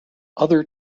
other